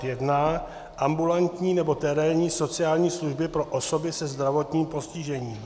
N721 ambulantní nebo terénní sociální služby pro osoby se zdravotním postižením.